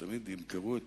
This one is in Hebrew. שימכרו את